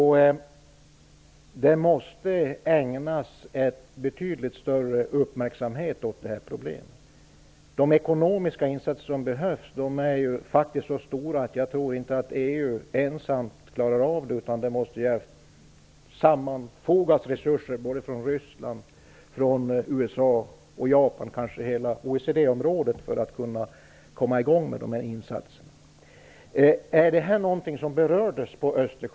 Detta problem måste ägnas betydligt större uppmärksamhet. De ekonomiska insatser som behövs är så stora att jag inte tror att EU ensamt kan göra dem. Resurser från Ryssland, USA och Japan - kanske hela OECD-området - måste sammanfogas med EU:s resurser för att man skall kunna komma i gång med dessa insatser.